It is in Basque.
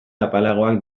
apalagoak